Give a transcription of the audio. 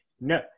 no